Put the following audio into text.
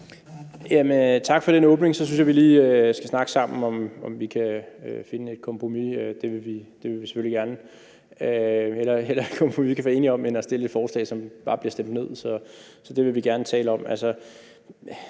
Tak for den åbning. Så synes jeg, vi lige skal snakke sammen om, om vi kan finde et kompromis. Det vil vi selvfølgelig gerne – hellere et kompromis, vi kan blive enige om, end at stille et forslag, som bare bliver stemt ned. Så det vil vi gerne tale om.